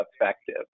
effective